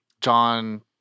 John